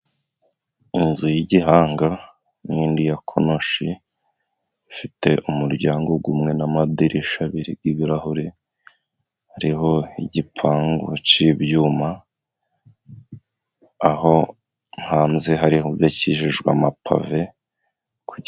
Inzu y'igihanga n'indi ya konoshi, ifite umuryango umwe n'amadirishya abiri y'ibirahure. Hariho igipangu cy'ibyuma, aho hanze hari hubakishijwe amapave kugi.